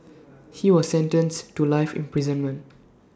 he was sentenced to life imprisonment